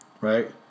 right